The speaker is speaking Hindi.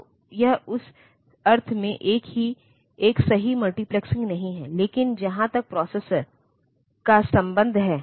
तो यह उस अर्थ में एक सही मल्टीप्लेक्सिंग नहीं है लेकिन जहां तक प्रोसेसर का संबंध है